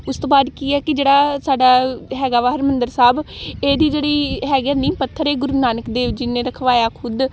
ਉਸ ਤੋਂ ਬਾਅਦ ਕੀ ਹੈ ਕਿ ਜਿਹੜਾ ਸਾਡਾ ਹੈਗਾ ਵਾ ਹਰਿਮੰਦਰ ਸਾਹਿਬ ਇਹਦੀ ਜਿਹੜੀ ਹੈਗੀ ਆ ਨੀਂਹ ਪੱਥਰ ਇਹ ਗੁਰੂ ਨਾਨਕ ਦੇਵ ਜੀ ਨੇ ਰਖਵਾਇਆ ਖੁਦ